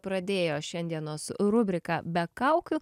pradėjo šiandienos rubriką be kaukių